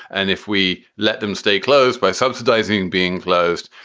and if we let them stay closed by subsidizing being closed,